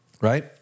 Right